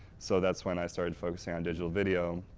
so that's when i started focusing on digital video,